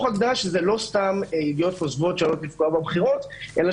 הגדרה שזה לא סתם ידיעות כוזבות שעלולות לפגוע בבחירות אלא